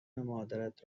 مادرت